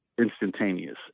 instantaneous